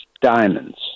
diamonds